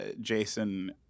Jason